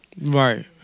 Right